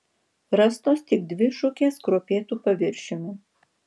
rastos tik dvi šukės kruopėtu paviršiumi